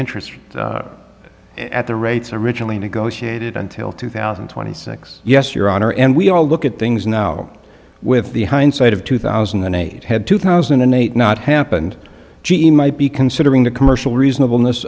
interest at the rates originally negotiated until two thousand and twenty six yes your honor and we all look at things now with the hindsight of two thousand and eight had two thousand and eight not happened g e might be considering the commercial reasonable